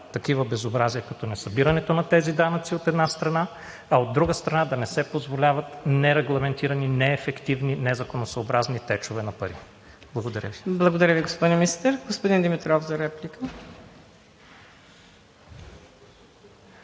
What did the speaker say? такива безобразия, като несъбирането на тези данъци, от една страна, а от друга страна, да не се позволяват нерегламентирани, неефективни, незаконосъобразни течове на пари. Благодаря Ви. ПРЕДСЕДАТЕЛ МУКАДДЕС НАЛБАНТ: Благодаря Ви, господин Министър. Господин Димитров, за реплика.